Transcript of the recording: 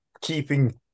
keeping